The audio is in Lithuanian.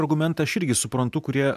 argumentą aš irgi suprantu kurie